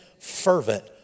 fervent